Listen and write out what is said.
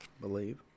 believe